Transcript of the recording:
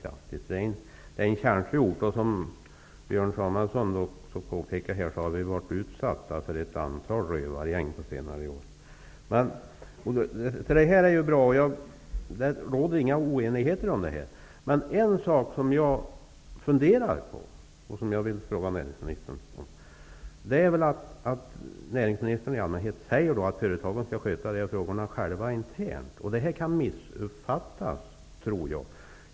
Det är en känslig ort. Som Björn Samuelson påpekade har vi varit utsatta för ett antal rövargäng på senare år. Så långt är det bra. Det råder inga oenigheter om detta. Men en sak som jag funderar på är att näringsministern i allmänhet säger att företagen skall sköta de här frågorna själva, internt. Det kan missuppfattas, tror jag.